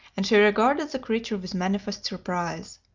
and she regarded the creature with manifest surprise.